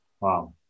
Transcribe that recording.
Wow